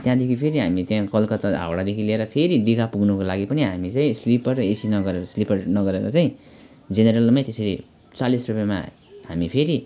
त्यहाँदेखि फेरि हामी त्यहाँ कलकत्ता हाउडादेखि लिएर फेरि दिघा पुग्नुको लागि पनि हामीले चाहिँ स्लिपर एसी नगरेर स्लिपर नगरेर चाहिँ जेनेरलमै त्यसरी चालिस रुप्पेमा हामी फेरि